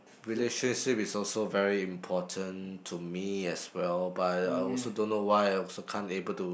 relationship is also very important to me as well but I also don't know why I also can't able to